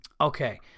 Okay